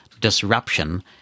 disruption